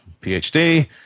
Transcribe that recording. PhD